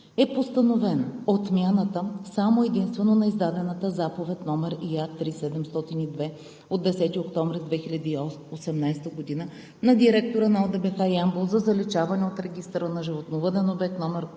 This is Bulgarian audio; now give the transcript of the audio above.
е постановено отмяната само и единствено на издадената заповед № Я-3-702/10 октомври 2018 г. на директора на ОДБХ град Ямбол за заличаване от регистъра на животновъден обект №